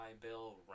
bill